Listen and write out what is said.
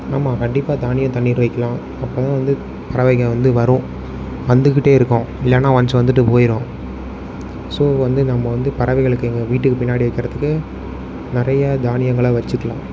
ஆமாம் கண்டிப்பாக தானியம் தண்ணீர் வைக்கலாம் அப்போதான் வந்து பறவைகள் வந்து வரும் வந்துக்கிட்டே இருக்கும் இல்லைனா ஒன்ஸ் வந்துட்டு போயிடும் ஸோ வந்து நம்ம வந்து பறவைகளுக்கு எங்கள் வீட்டுக்குப் பின்னாடி வைக்கிறதுக்கு நிறைய தானியங்களை வச்சுக்கலாம்